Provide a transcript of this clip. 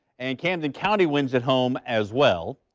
and camden county winds at home as well.